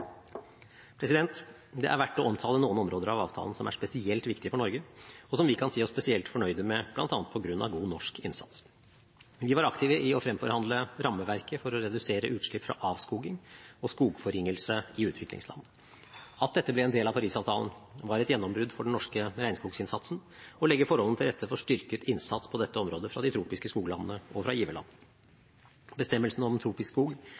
Det er verdt å omtale noen områder av avtalen som er spesielt viktige for Norge, og som vi kan si oss spesielt fornøyd med bl.a. på grunn av god norsk innsats. Vi var aktive i å fremforhandle rammeverket for å redusere utslipp fra avskoging og skogforringelse i utviklingsland. At dette ble en del av Paris-avtalen, var et gjennombrudd for den norske regnskoginnsatsen og legger forholdene til rette for styrket innsats på dette området fra de tropiske skoglandene og fra giverland. Bestemmelsen om tropisk skog